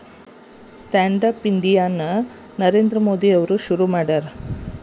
stand up India ನ ನರೇಂದ್ರ ಮೋದಿ ಅವ್ರು ಶುರು ಮಾಡ್ಯಾರ